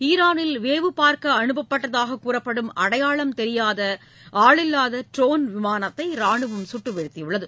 ஈரானில் வேவு பார்க்க அனுப்பப்பட்டதாக கூறப்படும் அடையாளம் தெரியாத ஆளில்லாத ட்ரோன் விமானத்தை ராணுவம் சுட்டு வீழ்த்தியுள்ளது